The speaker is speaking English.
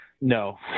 No